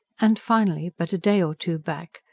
and finally, but a day or two back,